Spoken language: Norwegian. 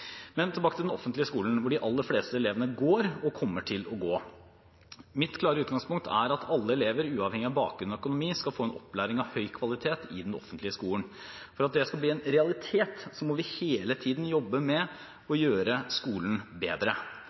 Men tilbake til den offentlige skolen hvor de aller fleste elevene går og kommer til å gå: Mitt klare utgangspunkt er at alle elever, uavhengig av bakgrunn og økonomi, skal få en opplæring av høy kvalitet i den offentlige skolen. For at det skal bli en realitet, må vi hele tiden jobbe med å gjøre skolen bedre.